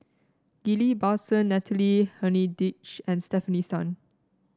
Ghillie Basan Natalie Hennedige and Stefanie Sun